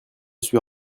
suis